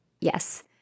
Yes